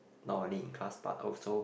not only in class but also